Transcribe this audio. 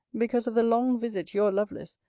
because of the long visit your lovelace,